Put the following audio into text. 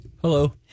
Hello